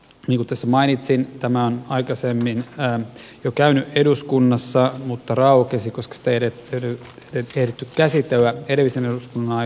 niin kuin mainitsin tämä on aikaisemmin jo käynyt eduskunnassa mutta se raukesi koska sitä ei ehditty käsitellä edellisen eduskunnan aikana